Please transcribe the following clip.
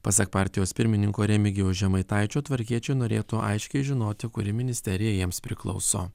pasak partijos pirmininko remigijaus žemaitaičio tvarkiečiai norėtų aiškiai žinoti kuri ministerija jiems priklauso